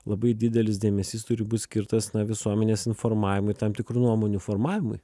labai didelis dėmesys turi būt skirtas visuomenės informavimui tam tikrų nuomonių formavimui